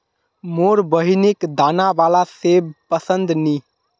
मोर बहिनिक दाना बाला सेब पसंद नी